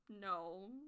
no